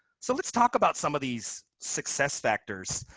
so let's talk about some of these success factors.